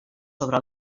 sobre